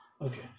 okay